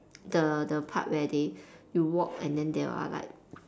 the the part where they you walk and then there are like